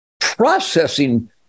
processing